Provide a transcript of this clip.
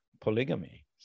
polygamy